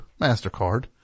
MasterCard